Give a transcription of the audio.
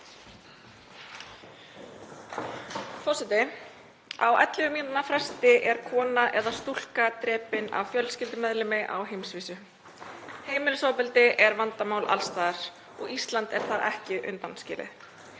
Forseti. Á ellefu mínútna fresti er kona eða stúlka drepin af fjölskyldumeðlimi á heimsvísu. Heimilisofbeldi er vandamál alls staðar og Ísland er þar ekki undanskilið.